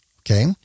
Okay